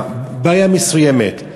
בעיה מסוימת.